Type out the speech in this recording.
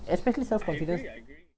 especially self-confidence